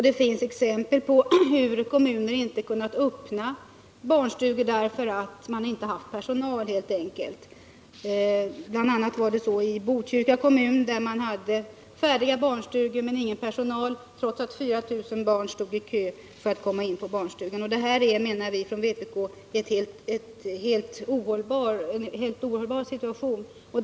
Det finns exempel på hur kommuner inte har kunnat öppna barnstugor helt enkelt därför att det inte har funnits personal. Bl. a. var det så i Botkyrka kommun, där det fanns färdiga barnstugor men ingen personal trots att 4 000 barn stod i kö för en barnstugeplats. Detta är, menar vi inom vänsterpartiet kommunisterna, en helt ohållbar situation.